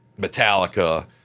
Metallica